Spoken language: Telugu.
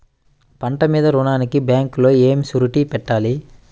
పంట మీద రుణానికి బ్యాంకులో ఏమి షూరిటీ పెట్టాలి?